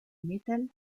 metal